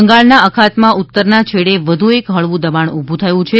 બંગાળના અખાતમાં ઉત્તરના છેડે વધુ એક હળવું દબાણ ઊભું થયું છે